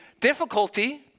difficulty